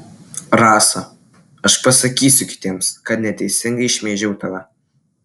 rasa aš pasakysiu kitiems kad neteisingai šmeižiau tave